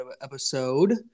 episode